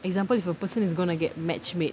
example if a person is gonna get match made